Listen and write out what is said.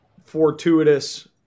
fortuitous